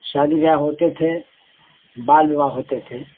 शादी विवाह होते थे बाल विवाह होते थे